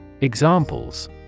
Examples